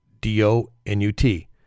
D-O-N-U-T